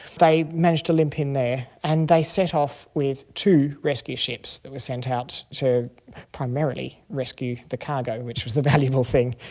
they managed to limp in there, and they set off with two rescue ships that were sent out to primarily rescue the cargo, which was the valuable thing.